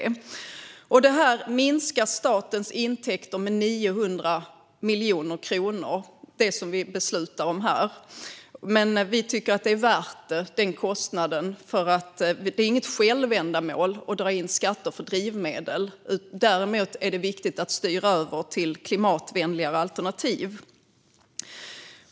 Det vi beslutar om här minskar statens intäkter med 900 miljoner kronor, men vi tycker att det är värt den kostnaden. Det är inget självändamål att dra in skatter för drivmedel. Däremot är det viktigt att styra över till klimatvänligare alternativ.